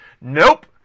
Nope